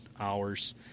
hours